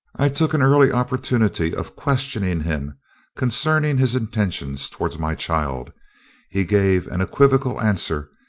i took an early opportunity of questioning him concerning his intentions towards my child he gave an equivocal answer,